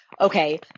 Okay